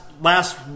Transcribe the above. last